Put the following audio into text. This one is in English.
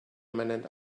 imminent